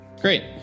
Great